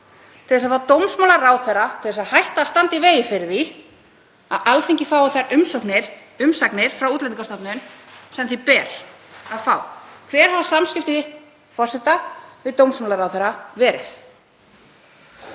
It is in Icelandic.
til að fá dómsmálaráðherra til að hætta að standa í vegi fyrir því að Alþingi fái þær umsagnir frá Útlendingastofnun sem því ber að fá? Hver hafa samskipti forseta við dómsmálaráðherra verið?